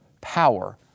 power